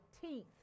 teeth